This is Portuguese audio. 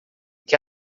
que